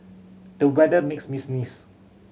the weather make me sneeze